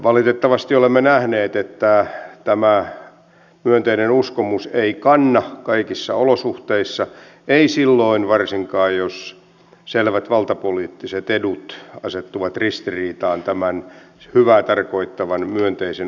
valitettavasti olemme nähneet että tämä myönteinen uskomus ei kanna kaikissa olosuhteissa ei varsinkaan silloin jos selvät valtapoliittiset edut asettuvat ristiriitaan tämän hyvää tarkoittavan myönteisen uskomuksen kanssa